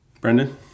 Brendan